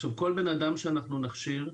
כל אדם שנכשיר,